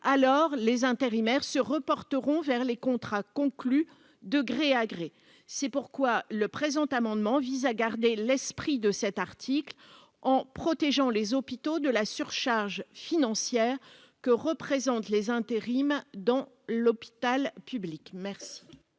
alors les intérimaires se reporteront vers les contrats conclus de gré à gré, c'est pourquoi le présent amendement vise à garder l'esprit de cet article en protégeant les hôpitaux de la surcharge financière que représentent les intérims dans l'hôpital public, merci.